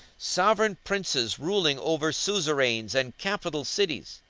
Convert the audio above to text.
sovereign princes ruling over suzerains and capital cities.